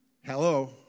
Hello